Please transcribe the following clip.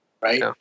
right